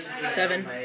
Seven